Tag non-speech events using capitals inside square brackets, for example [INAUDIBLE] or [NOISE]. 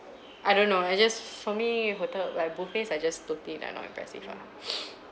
I don't know I just for me hotel like buffets are just totally like not impressive ah [NOISE]